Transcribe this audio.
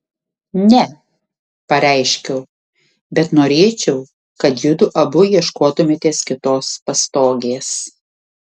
ne pareiškiau bet norėčiau kad judu abu ieškotumėtės kitos pastogės